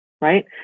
right